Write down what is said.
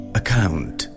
account